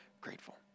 grateful